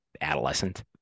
adolescent